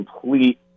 complete